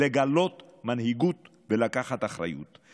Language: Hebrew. לגלות מנהיגות ולקחת אחריות.